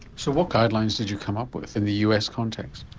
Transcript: so what guidelines did you come up with in the us context?